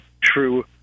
true